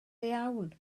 iawn